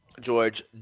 George